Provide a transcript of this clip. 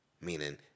Meaning